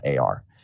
AR